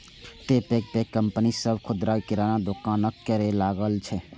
तें पैघ पैघ कंपनी सभ खुदरा किराना दोकानक करै लागल छै